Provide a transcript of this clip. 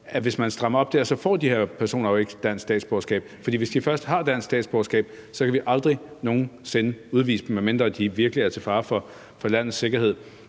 at de her tal er helt skøre – får de her personer jo ikke dansk statsborgerskab. For hvis de først har et dansk statsborgerskab, kan vi aldrig nogen sinde udvise dem, medmindre de virkelig er til fare for landets sikkerhed.